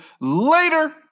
later